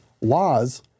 laws